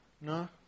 No